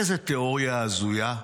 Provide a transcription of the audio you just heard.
איזה תיאוריה הזויה,